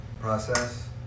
process